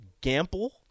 Gamble